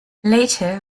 later